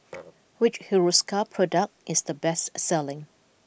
which Hiruscar product is the best selling